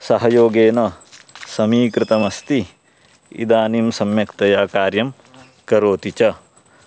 सहयोगेन समीकृतमस्ति इदानीं सम्यक्तया कार्यं करोति च